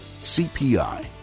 CPI